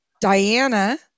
Diana